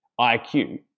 IQ